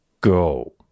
go